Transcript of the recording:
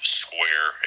square